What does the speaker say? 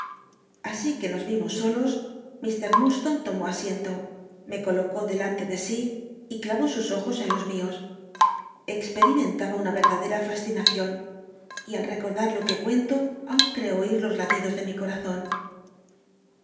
thi que nos vimos uln ir lunl louc tomó asiento me colocó klanlr ole si y clavó mi ojos en los mios cxperimrnt cba una ve l tdcr l fascinacion y al rcconlar lo que cuento aun rrl'll oir los latidos de mi comzon